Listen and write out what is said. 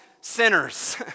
sinners